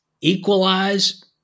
equalize